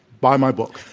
buy my book.